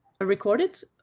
recorded